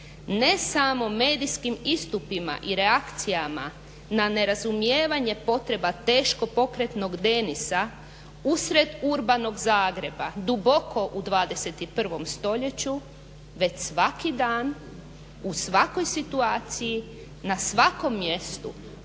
ne samo medijskim istupima i reakcijama na nerazumijevanje potreba teško pokretnog Denisa usred urbanog Zagreba duboko u 21. stoljeću već svaki dan u svakoj situaciji, na svakom mjestu,